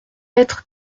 être